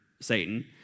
Satan